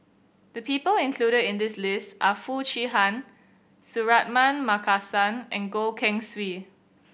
the people included in this list are Foo Chee Han Suratman Markasan and Goh Keng Swee